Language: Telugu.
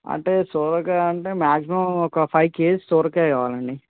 అంటే సొరకాయ అంటే మ్యాక్సిమమ్ ఒక ఫైవ్ కేజీస్ సొరకాయ కావాలండి